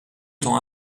temps